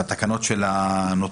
נתחיל בתקנות של הנוטריונים.